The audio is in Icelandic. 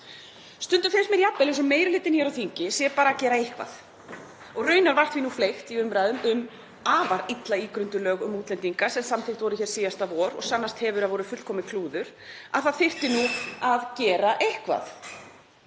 Stundum finnst mér jafnvel eins og meiri hlutinn hér á þingi sé bara að gera eitthvað og raunar var því nú fleygt í umræðu um afar illa ígrunduð lög um útlendinga, sem samþykkt voru hér síðasta vor og sannast hefur að voru fullkomið klúður, að það þyrfti að gera eitthvað.